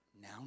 now